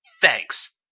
Thanks